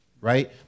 right